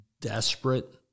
desperate